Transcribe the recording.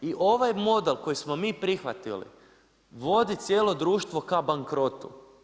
I ovaj model koji smo mi prihvatili vodi cijelo društvo ka bankrotu.